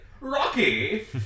Rocky